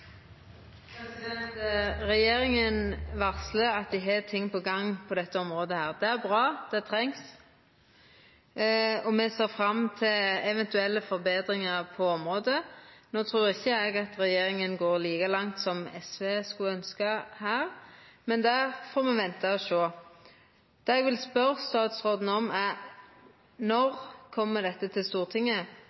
ting på gang på dette området. Det er bra. Det trengst. Me ser fram til eventuelle betringar på området. No trur ikkje eg at regjeringa går like langt som SV skulle ønskt her. Men me får venta og sjå. Det eg vil spørja statsråden om, er: Når kjem dette til Stortinget?